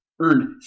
earned